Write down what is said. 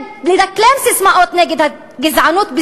לדקלם ססמאות נגד הגזענות,